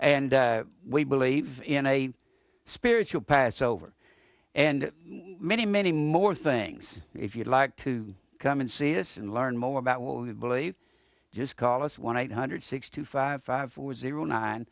and we believe in a spiritual passover and many many more things if you'd like to come and see this and learn more about what we believe just call us one eight hundred six two five five zero nine